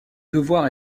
devoirs